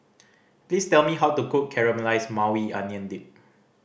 please tell me how to cook Caramelized Maui Onion Dip